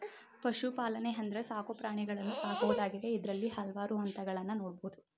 ಪಶುಪಾಲನೆ ಅಂದ್ರೆ ಸಾಕು ಪ್ರಾಣಿಗಳನ್ನು ಸಾಕುವುದಾಗಿದೆ ಇದ್ರಲ್ಲಿ ಹಲ್ವಾರು ಹಂತಗಳನ್ನ ನೋಡ್ಬೋದು